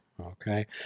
Okay